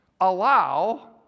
allow